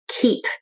keep